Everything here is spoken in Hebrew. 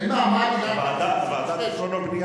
לא נמצא